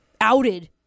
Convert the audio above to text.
Outed